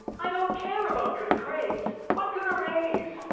i don't care about good grades! what good are a's?